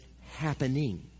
happening